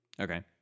Okay